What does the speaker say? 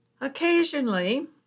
Occasionally